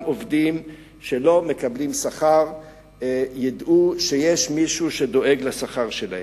עובדים שלא מקבלים שכר שידעו שיש מישהו שדואג לשכר שלהם.